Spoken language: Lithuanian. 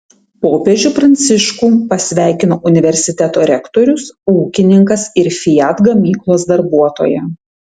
popiežių pranciškų pasveikino universiteto rektorius ūkininkas ir fiat gamyklos darbuotoja